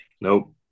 Nope